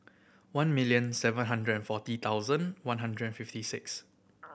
one million seven hundred and forty thousand one hundred fifty six